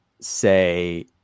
say